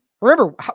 remember